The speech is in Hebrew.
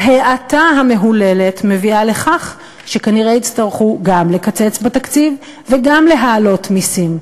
ההאטה המהוללת מביאה לכך שכנראה יצטרכו גם לקצץ בתקציב וגם להעלות מסים.